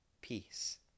Peace